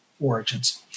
origins